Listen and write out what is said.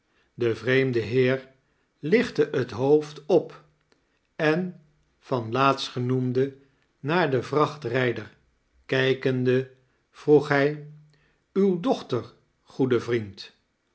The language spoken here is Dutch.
de vreemde heer lichtte het hoofd op en van laatstgenoemde naar den vrachtrijdea kijkemde vroeg hij uwe dochter goede vriend